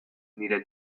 nire